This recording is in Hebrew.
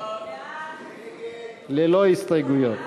ללא הסתייגויות.